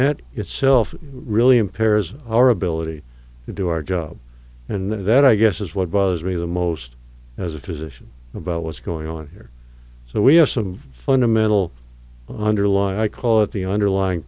that itself really impairs our ability to do our job and that i guess is what was really the most as a physician about what's going on here so we have some fundamental underlying i call it the underlying